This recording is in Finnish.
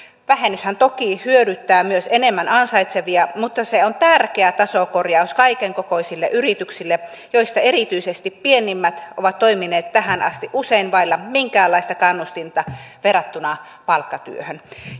vähennyshän toki hyödyttää myös enemmän ansaitsevia mutta se on tärkeä tasokorjaus kaikenkokoisille yrityksille joista erityisesti pienimmät ovat toimineet tähän asti usein vailla minkäänlaista kannustinta verrattuna palkkatyöhön